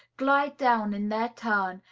glide down in their turn,